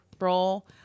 role